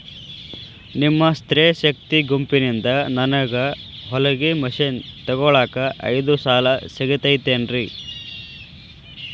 ನಿಮ್ಮ ಸ್ತ್ರೇ ಶಕ್ತಿ ಗುಂಪಿನಿಂದ ನನಗ ಹೊಲಗಿ ಮಷೇನ್ ತೊಗೋಳಾಕ್ ಐದು ಸಾಲ ಸಿಗತೈತೇನ್ರಿ?